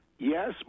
Yes